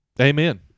Amen